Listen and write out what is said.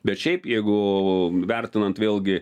bet šiaip jeigu vertinant vėlgi